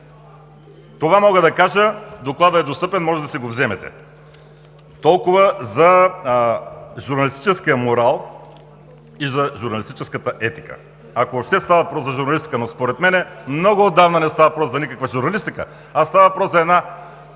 Това мога да кажа. Докладът е достъпен, може да си го вземете. Толкова за журналистическия морал и за журналистическата етика! Ако въобще става въпрос за журналистика, но според мен много отдавна не става въпрос за никаква журналистика, а става въпрос за една